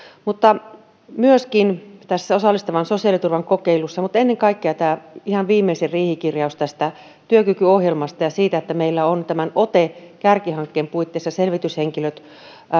ja myöskin osallistavan sosiaaliturvan kokeilussa mutta ennen kaikkea ihan viimeisimmässä riihikirjauksessa tästä työkykyohjelmasta ja siitä että meillä on ote kärkihankkeen puitteissa selvityshenkilöt